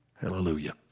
Hallelujah